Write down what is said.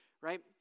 right